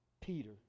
Peter